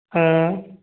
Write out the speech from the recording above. हाँ